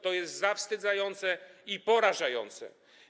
To jest zawstydzające i porażające.